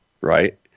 Right